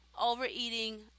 overeating